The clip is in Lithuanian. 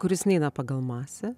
kuris neina pagal masę